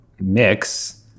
mix